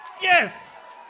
Yes